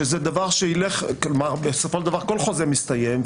שזה דבר שילך בסופו של דבר כל חוזה מסתיים,